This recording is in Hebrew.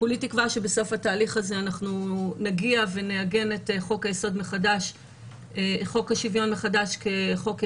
כולי תקווה שבסוף התהליך הזה נעגן את חוק השוויון מחדש כחוק יסוד,